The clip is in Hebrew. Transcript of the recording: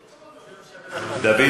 בבקשה, אדוני.